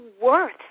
worth